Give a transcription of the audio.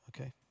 okay